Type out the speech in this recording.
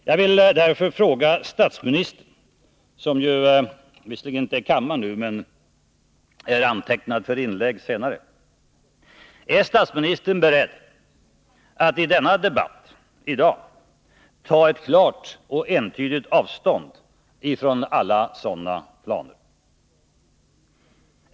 Jag vill därför fråga statsministern, som visserligen inte är i kammaren men är antecknad för inlägg senare: Är statsministern beredd att i denna debatt ta ett klart och entydigt avstånd från alla sådana planer?